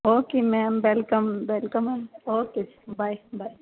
okay ma'am welcome welcome okay ਜੀ bye bye